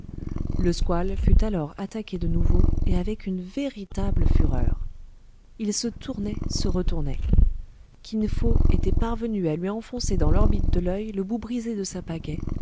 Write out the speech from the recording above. le squale fut alors attaqué de nouveau et avec une véritable fureur il se tournait se retournait kin fo était parvenu à lui enfoncer dans l'orbite de l'oeil le bout brisé de sa